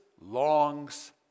longs